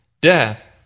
death